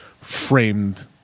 framed